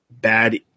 bad